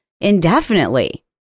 indefinitely